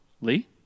Lee